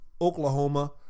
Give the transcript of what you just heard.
Oklahoma